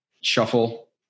Shuffle